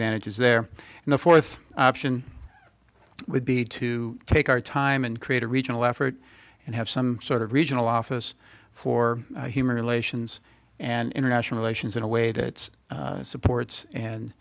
advantages there and the fourth option would be to take our time and create a regional effort and have some sort of regional office for human relations and international relations in a way that supports and